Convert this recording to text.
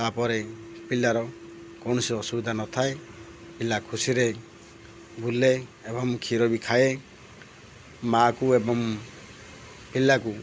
ତା'ପରେ ପିଲାର କୌଣସି ଅସୁବିଧା ନଥାଏ ପିଲା ଖୁସିରେ ବୁଲେ ଏବଂ କ୍ଷୀର ବି ଖାଏ ମା'କୁ ଏବଂ ପିଲାକୁ